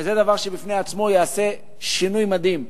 זה דבר שבפני עצמו יעשה שינוי מדהים.